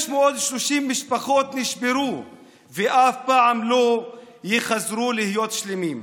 630 משפחות נשברו ואף פעם לא יחזרו להיות שלמות.